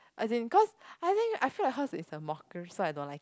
as in cause I think I feel like hers is a so I don't like it